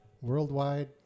worldwide